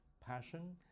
passion